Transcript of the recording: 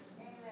Amen